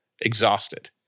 exhausted